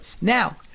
Now